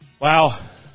Wow